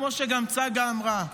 כמו שגם צגה אמרה,